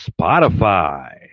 Spotify